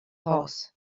horse